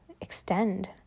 extend